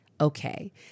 okay